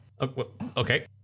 Okay